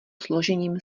složením